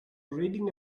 reading